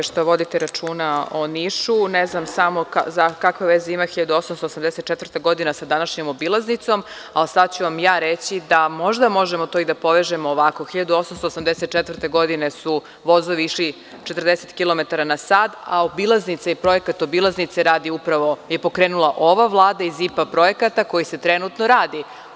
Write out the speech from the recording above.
Pošto vodite računa o Nišu, ne znam samo kakve veze ima 1884. godina sa današnjom obilaznicom, ali sada ću vam ja reći da možda možemo to i da povežemo ovako – 1884. godine su vozovi išli 40 kilometara na sat, a obilaznica je projekat koji je pokrenula ova Vlada iz IPA projekata koji se trenutno radi.